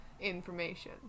information